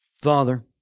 Father